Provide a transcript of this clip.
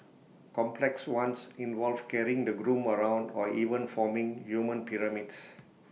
complex ones involve carrying the groom around or even forming human pyramids